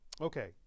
Okay